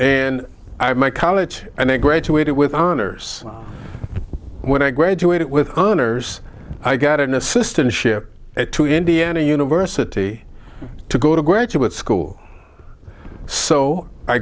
had my college and i graduated with honors when i graduated with honors i got an assistant ship to indiana university to go to graduate school so i